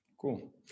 Cool